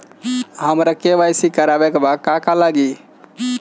हमरा के.वाइ.सी करबाबे के बा का का लागि?